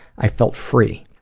i felt free.